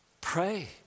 Pray